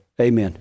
Amen